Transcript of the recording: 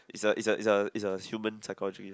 is a is a is a is a human psychology